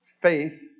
faith